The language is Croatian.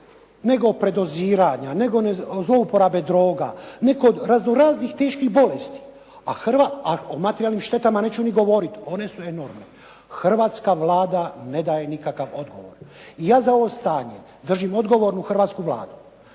nego predoziranja, nego zlouporabe droga, netko od razno raznih teških bolesti a o materijalnim štetama neću ni govoriti, one su enormne, hrvatska Vlada ne daje nikakav odgovor. I ja za ovo stanje držim odgovornu hrvatsku Vladu